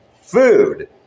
food